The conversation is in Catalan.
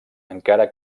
encara